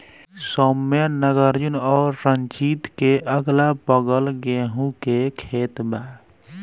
सौम्या नागार्जुन और रंजीत के अगलाबगल गेंहू के खेत बा